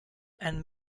and